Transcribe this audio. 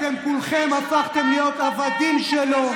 אתם כולכם הפכתם להיות עבדים שלו,